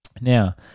Now